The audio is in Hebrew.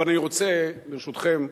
אבל אני רוצה, ברשותכם,